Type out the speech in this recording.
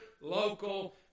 local